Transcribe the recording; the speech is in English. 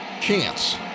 chance